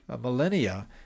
millennia